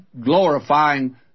glorifying